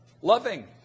loving